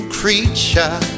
creature